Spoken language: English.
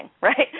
right